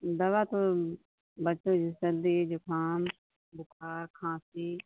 दवा तो बच्चों जैसे सर्दी ज़ुकाम बुखार खांसी